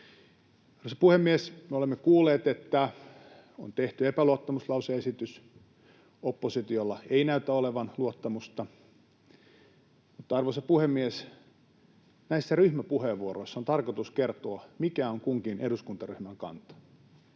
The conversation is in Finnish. Arvoisa puhemies! Me olemme kuulleet, että on tehty epäluottamuslause-esitys, ja oppositiolla ei näytä olevan luottamusta, mutta, arvoisa puhemies, näissä ryhmäpuheenvuoroissa on tarkoitus kertoa, mikä on kunkin eduskuntaryhmän kanta.